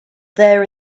there